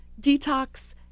detox